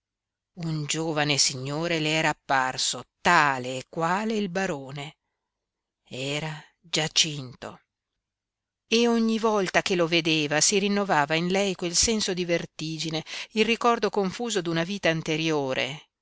un giovane signore le era apparso tale e quale il barone era giacinto e ogni volta che lo vedeva si rinnovava in lei quel senso di vertigine il ricordo confuso d'una vita anteriore